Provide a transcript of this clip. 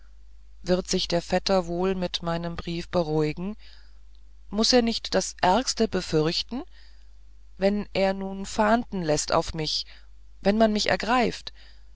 wird sich der vetter wohl mit meinem brief beruhigen muß er nicht das ärgste befürchten wenn er nun fahnden läßt auf dich wenn man dich